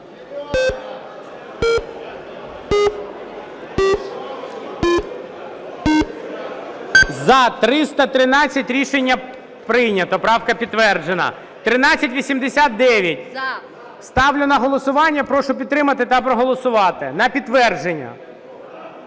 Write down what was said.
За-313 Рішення прийнято. Правка підтверджена. 1389 ставлю на голосування. Прошу підтримати та проголосувати на підтвердження.